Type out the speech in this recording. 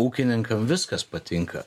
ūkininkam viskas patinka